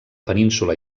península